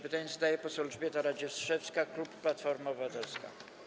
Pytanie zadaje poseł Elżbieta Radziszewska, klub Platforma Obywatelska.